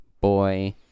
boy